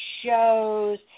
shows